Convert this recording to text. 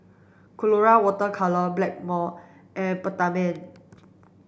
colora water colour Blackmore and Peptamen